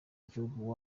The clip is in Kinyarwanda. y’igihugu